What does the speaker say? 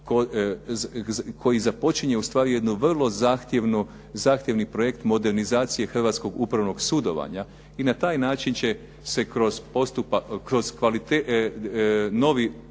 koji i započinje ustvari jednu vrlo zahtjevni projekt modernizacije hrvatskog upravnog sudovanja i na taj način će se kroz novi opći upravni postupak